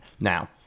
Now